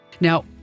now